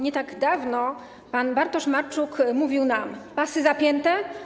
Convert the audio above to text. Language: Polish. Nie tak dawno pan Bartosz Marczuk mówił nam: „Pasy zapięte?